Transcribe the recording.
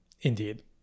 indeed